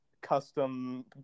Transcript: custom